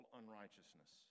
unrighteousness